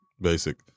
Basic